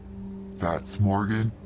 fats morgan,